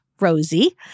Rosie